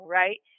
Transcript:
right